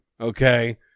okay